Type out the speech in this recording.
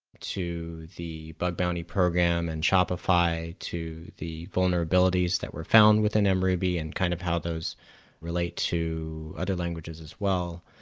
to the bug bounty program, and shopify, to the vulnerabilities that were found within mruby and kind of how those relate to other languages as well.